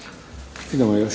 Hvala na